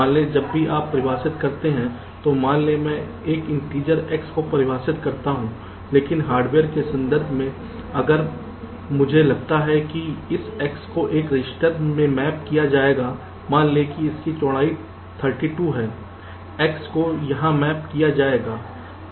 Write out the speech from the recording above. मान लें कि जब भी आप परिभाषित करते हैं तो मान लें कि मैं एक इंटीजर X को परिभाषित करता हूं लेकिन हार्डवेयर के संदर्भ में अगर मुझे लगता है कि इस X को एक रजिस्टर में मैप किया जाएगा मान ले कि इसकी चौड़ाई 32 है X को यहां मैप किया जाएगा